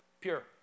pure